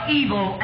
evil